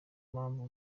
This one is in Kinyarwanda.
mpamvu